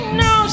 no